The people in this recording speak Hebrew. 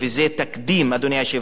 אדוני היושב-ראש וכבוד השר.